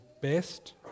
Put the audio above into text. best